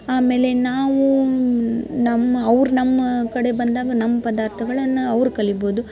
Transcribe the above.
ಆಮೇಲೆ ನಾವೂ ನಮ್ಮ ಅವ್ರು ನಮ್ಮ ಕಡೆ ಬಂದಾಗ ನಮ್ಮ ಪದಾರ್ಥಗಳನ್ನು ಅವ್ರು ಕಲಿಬೋದು